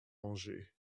angers